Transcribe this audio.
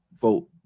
Vote